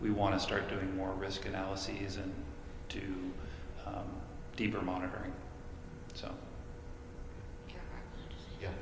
we want to start doing more risk analyses and do deeper monitoring so y